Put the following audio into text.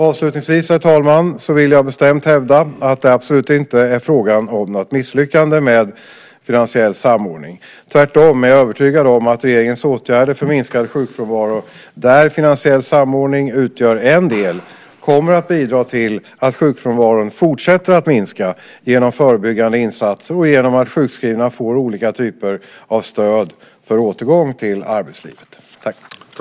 Avslutningsvis, herr talman, vill jag bestämt hävda att det absolut inte är fråga om något misslyckande med finansiell samordning. Tvärtom är jag övertygad om att regeringens åtgärder för minskad sjukfrånvaro, där finansiell samordning utgör en del, kommer att bidra till att sjukfrånvaron fortsätter att minska - genom förebyggande insatser och genom att sjukskrivna får olika typer av stöd för återgång till arbetslivet.